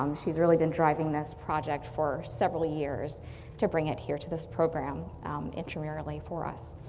um she's really been driving this project for several years to bring it here to this program intramurally for us.